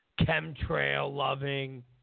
Chemtrail-loving